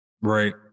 Right